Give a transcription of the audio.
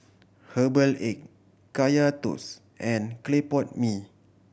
herbal egg Kaya Toast and clay pot mee